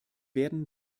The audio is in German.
werden